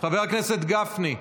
חבר הכנסת גפני,